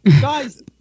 Guys